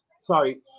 Sorry